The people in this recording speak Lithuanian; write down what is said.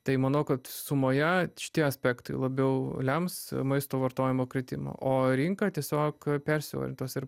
tai manau kad sumoje šitie aspektai labiau lems maisto vartojimo kritimą o rinka tiesiog persiorientuos ir